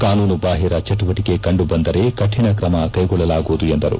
ಕಾನೂನು ಬಾಹಿರ ಚಟುವಟಿಕೆ ಕಂಡು ಬಂದರೆ ಕಠಿಣ ಕ್ರಮ ಕೈಗೊಳ್ಳುವುದು ಎಂದರು